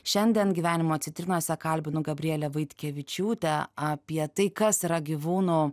šiandien gyvenimo citrinose kalbinu gabrielę vaitkevičiūtę apie tai kas yra gyvūnų